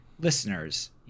listeners